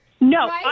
No